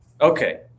Okay